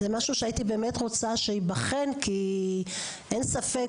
זה משהו שהייתי באמת רוצה שייבחן כיוון שאין ספק